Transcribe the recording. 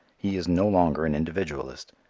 he is no longer an individualist.